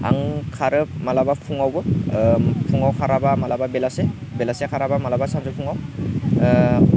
आं खारो माब्लाबा फुङावबो फुङाव खाराबा माब्लाबा बेलासे बेलासे खाराबा माब्लाबा सानजौफुआव